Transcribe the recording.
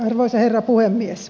arvoisa herra puhemies